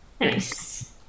nice